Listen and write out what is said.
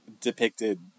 depicted